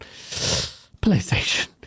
PlayStation